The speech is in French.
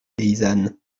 paysanne